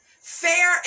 fair